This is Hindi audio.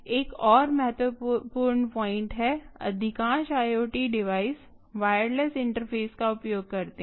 एक और महत्वपूर्ण पॉइंट् है अधिकांश IoT डिवाइस वायरलेस इंटरफेस का उपयोग करते हैं